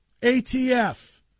ATF